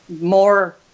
more